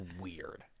weird